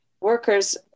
Workers